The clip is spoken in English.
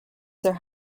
their